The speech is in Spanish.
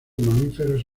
mamíferos